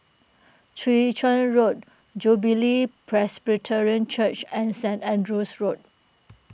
Chwee Chian Road Jubilee Presbyterian Church and Saint Andrew's Road